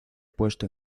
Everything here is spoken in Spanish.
puesto